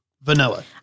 Vanilla